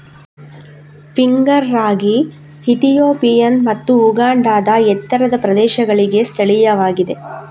finger ರಾಗಿ Ethiopian ಮತ್ತು ಉಗಾಂಡಾದ ಎತ್ತರದ ಪ್ರದೇಶಗಳಿಗೆ ಸ್ಥಳೀಯವಾಗಿದೆ